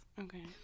Okay